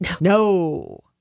No